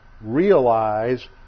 realize